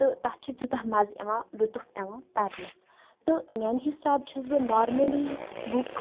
تہٕ تتھ چھُ تیوٗتاہ مَزٕ یِوان لُطُف یِوان پَرنَس تہٕ میانہِ حِساب چھَس بہٕ نارمٕلی بُک